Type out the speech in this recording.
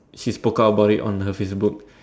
she spoke out about it on her Facebook